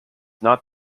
not